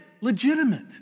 legitimate